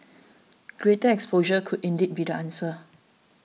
greater exposure could indeed be the answer